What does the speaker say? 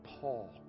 Paul